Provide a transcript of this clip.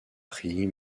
prix